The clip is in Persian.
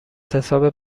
حساب